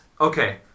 Okay